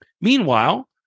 Meanwhile